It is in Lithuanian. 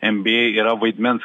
nba yra vaidmens